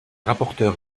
rapporteur